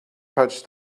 touched